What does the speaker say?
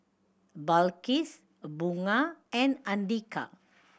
Balqis Bunga and Andika